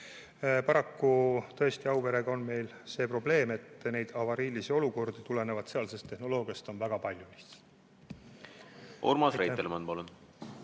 Paraku tõesti Auverega on meil see probleem, et avariilisi olukordi tulenevalt sealsest tehnoloogiast on väga palju. Urmas Reitelmann, palun!